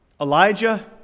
Elijah